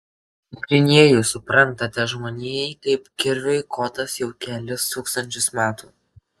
grynieji suprantate žmonijai kaip kirviui kotas jau kelis tūkstančius metų